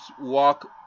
walk